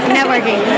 Networking